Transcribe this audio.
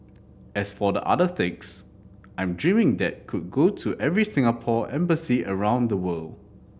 as for the other six I'm dreaming that could go to every Singapore embassy around the world